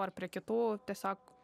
ar prie kitų tiesiog